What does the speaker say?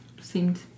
Seemed